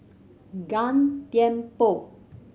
Gan Thiam Poh